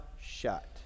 shut